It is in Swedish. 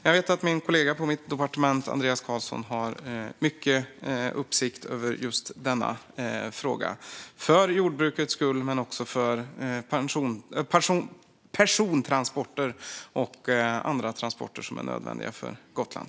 Jag vet att min kollega Andreas Carlson på mitt departement har mycket uppsikt över just denna fråga för jordbrukets skull men också för persontransporter och andra transporter som är nödvändiga för Gotland.